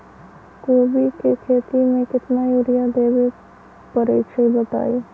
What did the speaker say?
कोबी के खेती मे केतना यूरिया देबे परईछी बताई?